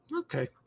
Okay